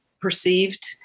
perceived